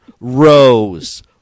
Rose